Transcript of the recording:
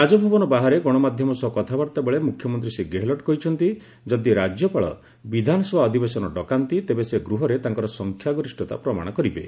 ରାଜଭବନ ବାହାରେ ଗଣମାଧ୍ୟମ ସହ କଥାବାର୍ତ୍ତାବେଳେ ମ୍ରଖ୍ୟମନ୍ତ୍ରୀ ଶ୍ରୀ ଗେହଲଟ୍ କହିଛନ୍ତି ଯଦି ରାଜ୍ୟପାଳ ବିଧାନସଭା ଅଧିବେଶନ ଡକାନ୍ତି ତେବେ ସେ ଗୃହରେ ତାଙ୍କର ସଂଖ୍ୟାଗରିଷ୍ଠତା ପ୍ରମାଣ କରିବେ